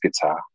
guitar